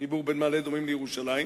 החיבור בין מעלה-אדומים לירושלים.